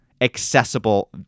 accessible